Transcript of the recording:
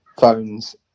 phones